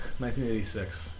1986